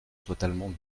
totalement